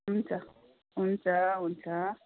हुन्छ हुन्छ हुन्छ